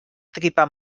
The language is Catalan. tripa